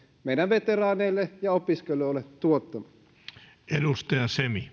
meidän veteraaneille ja opiskelijoille tuottamaan